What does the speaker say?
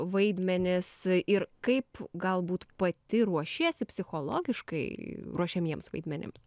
vaidmenis ir kaip galbūt pati ruošiesi psichologiškai ruošiamiems vaidmenims